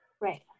right